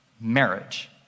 marriage